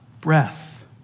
breath